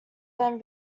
than